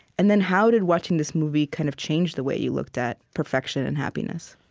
and then how did watching this movie kind of change the way you looked at perfection and happiness?